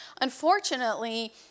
Unfortunately